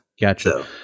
Gotcha